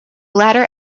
latter